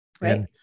Right